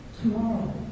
tomorrow